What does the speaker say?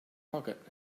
pocket